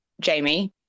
Jamie